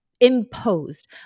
imposed